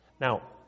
Now